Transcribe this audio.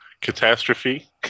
Catastrophe